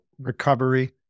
recovery